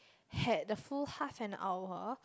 had the full half an hour